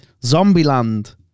Zombieland